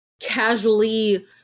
casually